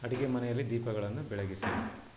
ಅಡುಗೆ ಮನೆಯಲ್ಲಿ ದೀಪಗಳನ್ನು ಬೆಳಗಿಸಿ